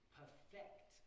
perfect